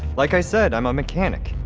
like i said, i'm a mechanic.